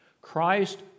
Christ